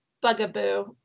bugaboo